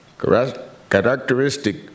characteristic